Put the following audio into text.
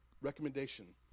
recommendation